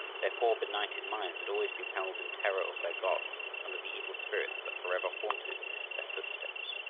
their poor, benighted minds had always been held in terror of their gods and of the evil spirits that forever haunted their footsteps.